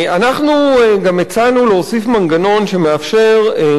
אנחנו גם הצענו להוסיף מנגנון שמאפשר להורות